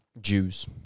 Jews